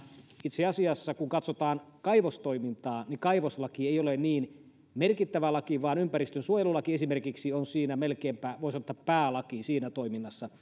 itse asiassa kun katsotaan kaivostoimintaa niin kaivoslaki ei ole niin merkittävä laki vaan esimerkiksi ympäristönsuojelulaki on melkeinpä voi sanoa päälaki siinä toiminnassa